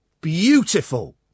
Beautiful